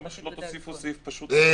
למה שלא תוסיפו סעיף פשוט?